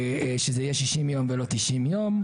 שזה יהיה 60 יום ולא 90 יום,